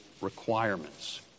requirements